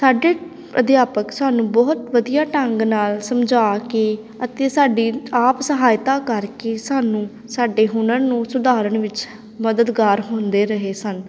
ਸਾਡੇ ਅਧਿਆਪਕ ਸਾਨੂੰ ਬਹੁਤ ਵਧੀਆ ਢੰਗ ਨਾਲ ਸਮਝਾ ਕੇ ਅਤੇ ਸਾਡੀ ਆਪ ਸਹਾਇਤਾ ਕਰਕੇ ਸਾਨੂੰ ਸਾਡੇ ਹੁਨਰ ਨੂੰ ਸੁਧਾਰਨ ਵਿੱਚ ਮਦਦਗਾਰ ਹੁੰਦੇ ਰਹੇ ਸਨ